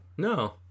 No